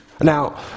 Now